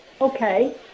Okay